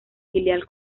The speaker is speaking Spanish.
filial